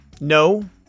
No